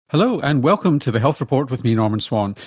hello, and welcome to the health report with me, norman swan.